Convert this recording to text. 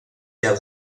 der